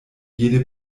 jede